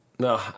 No